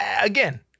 again